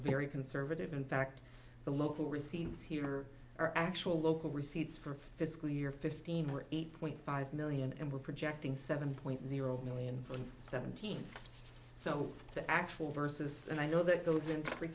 very conservative in fact the local receipts here are our actual local receipts for fiscal year fifteen point five million and we're projecting seven point zero million for seventeen so the actual verses and i know that goes into free